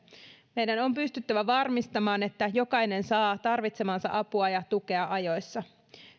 meidän on pystyttävä varmistamaan että jokainen saa tarvitsemaansa apua ja tukea ajoissa